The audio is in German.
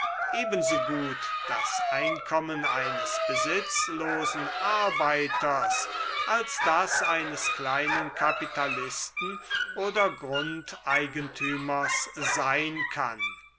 ebensogut das einkommen eines besitzlosen arbeiters als das eines kleinen kapitalisten oder grundeigentümers sein kann